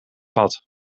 had